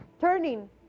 turning